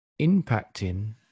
impacting